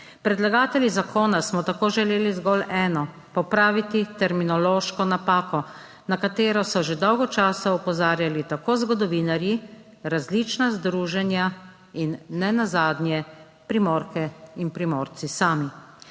Predlagatelji zakona smo tako želeli zgolj eno, popraviti terminološko napako, na katero so že dolgo časa opozarjali tako zgodovinarji, različna združenja in nenazadnje Primorke in Primorci sami.